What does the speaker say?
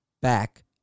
back